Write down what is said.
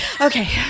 okay